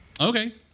Okay